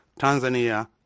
Tanzania